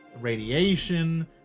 radiation